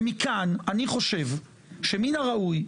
ומכאן אני חושב שמן הראוי,